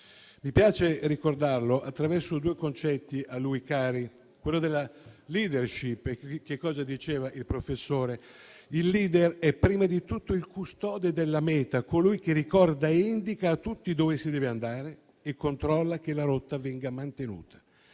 Mi piace ricordarlo attraverso due concetti a lui cari, il primo dei quali è quello della *leadership*. Diceva il professore che il *leader* è prima di tutto il custode della meta, colui che ricorda e indica a tutti dove si deve andare e controlla che la rotta venga mantenuta.